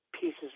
pieces